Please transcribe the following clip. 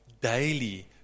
daily